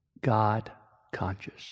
God-conscious